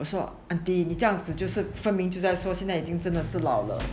我说 aunty 你这样子就是分明就是说现在已经真的是老了